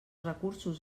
recursos